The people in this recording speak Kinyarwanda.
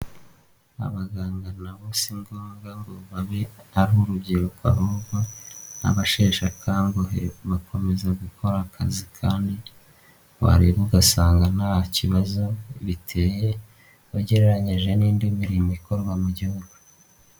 Abaganga na bo si ngombwa ngo babe ari urubyiruko ahubwo n'abasheshe akanguhe bakomeza gukora akazi kandi wareba ugasanga nta kibazo biteye ugereranyije n'indi mirimo ikorwa mu gihugu.